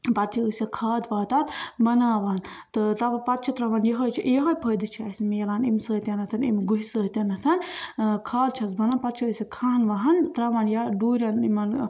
پَتہٕ چھِ أسۍ سۄ کھاد واد تتھ بَناوان تہٕ تَمہِ پَتہٕ چھِ ترٛاوان یِہٲے چھِ یِہِ ہان فٲیدٕ چھُ اسہِ میلان اَمہِ سۭتۍ اَمہِ گوہہِ سۭتۍ ٲں کھاد چھیٚس بَنان پَتہٕ چھِ أسۍ سۄ کھاہَن واہَن ترٛاوان یا ڈوریٚن یِمَن